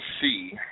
see